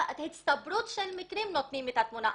הצטברות מקרים נותנים את התמונה.